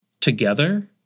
Together